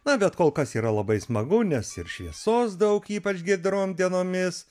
na bet kol kas yra labai smagu nes ir šviesos daug ypač giedrom dienomis